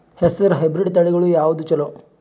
ಹೆಸರ ಹೈಬ್ರಿಡ್ ತಳಿಗಳ ಯಾವದು ಚಲೋ?